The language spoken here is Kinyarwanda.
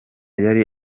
yari